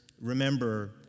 remember